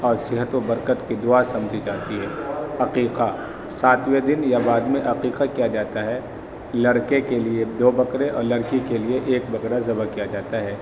اور صحت و برکت کی دعا سمجھی جاتی ہے عقیقہ ساتویں دن یا بعد میں عقیقہ کیا جاتا ہے لڑکے کے لیے دو بکرے اور لڑکی کے لیے ایک بکرا ذبح کیا جاتا ہے